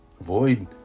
Avoid